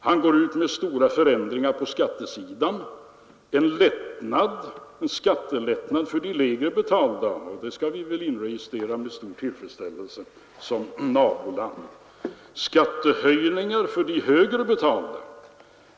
Han går ut med stora förändringar på skattesidan, en skattelättnad för de lägre betalda — det skall vi väl inregistrera med stor tillfredsställelse såsom naboland — och en skattehöjning för de högre betalda.